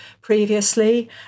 previously